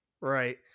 Right